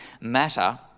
matter